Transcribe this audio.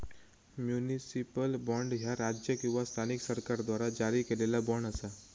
municipal bond, ह्या राज्य किंवा स्थानिक सरकाराद्वारा जारी केलेला बॉण्ड असा